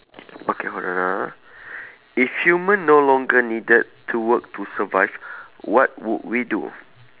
okay hold on ah if human no long needed to work to survive what would we do